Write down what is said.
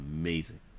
Amazing